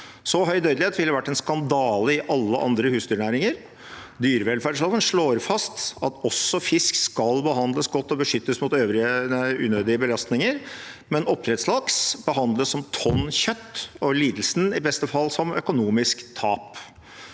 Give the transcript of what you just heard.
Så høy dødelighet ville vært en skandale i alle andre husdyrnæringer. Dyrevelferdsloven slår fast at også fisk skal behandles godt og beskyttes mot unødige belastninger, men oppdrettslaks behandles som tonn kjøtt og lidelsen i beste fall som økonomisk tap.